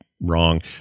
wrong